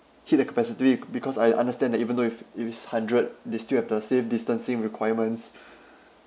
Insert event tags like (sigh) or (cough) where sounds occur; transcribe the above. hit the capacity because I understand that even though if if it's hundred they still have the safe distancing requirements (breath)